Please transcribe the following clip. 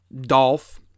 Dolph